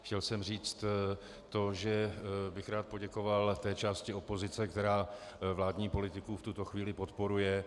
Chtěl jsem říct to, že bych rád poděkoval té části opozice, která vládní politiku v tuto chvíli podporuje.